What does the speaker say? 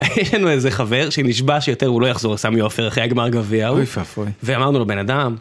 היה לנו איזה חבר שנשבע שיותר הוא לא יחזור לסמי עופר אחרי הגמר גביע ההוא, ואמרנו לו - בן אדם.